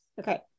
Okay